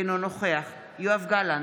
אינו נוכח יואב גלנט,